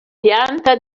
pianta